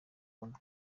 rumwe